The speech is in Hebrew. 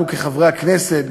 לנו כחברי הכנסת,